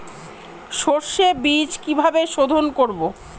সর্ষে বিজ কিভাবে সোধোন করব?